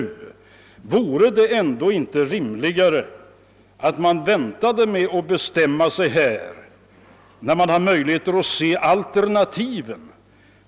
Vore det inte rimligare att man väntade med att bestämma sig tills man har möjlighet att se alternativen?